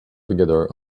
together